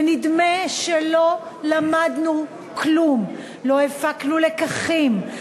ונדמה שלא למדנו כלום: לא הפקנו לקחים,